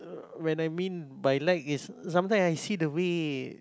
when I mean by like is sometime I see the way